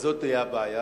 או זאת תהיה הבעיה.